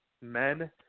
men